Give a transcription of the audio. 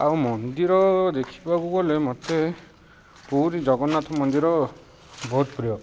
ଆଉ ମନ୍ଦିର ଦେଖିବାକୁ ଗଲେ ମୋତେ ପୁରୀ ଜଗନ୍ନାଥ ମନ୍ଦିର ବହୁତ ପ୍ରିୟ